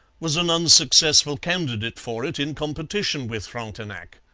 was an unsuccessful candidate for it in competition with frontenac.